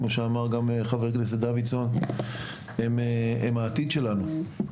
כמו שאמר גם ח"כ דוידסון, הם העתיד שלנו.